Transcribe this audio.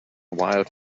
wild